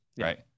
Right